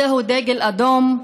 זהו דגל אדום,